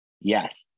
Yes